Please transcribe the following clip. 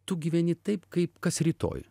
tu gyveni taip kaip kas rytoj